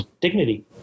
dignity